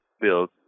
build